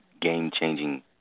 game-changing